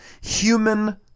human